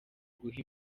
guha